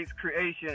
creation